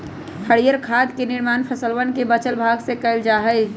हरीयर खाद के निर्माण फसलवन के बचल भाग से कइल जा हई